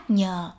nhờ